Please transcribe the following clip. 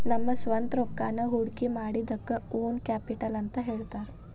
ನಮ್ದ ಸ್ವಂತ್ ರೊಕ್ಕಾನ ಹೊಡ್ಕಿಮಾಡಿದಕ್ಕ ಓನ್ ಕ್ಯಾಪಿಟಲ್ ಅಂತ್ ಹೇಳ್ತಾರ